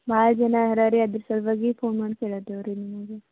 ಭಾಳ ಜನ ರೆಡಿ ಅದ್ರ ಸಲುವಾಗಿ ಫೋನ್ ಮಾಡಿ ಕೇಳಾತೀವಿ ರೀ ನಿಮ್ಗೆ